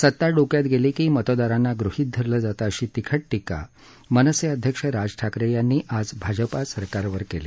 सत्ता डोक्यात गेली की मतदारांना गृहित धरलं जातं अशी तिखट टीका मनसे अध्यक्ष राज ठाकरे यांनी आज भाजपा सरकारवर केली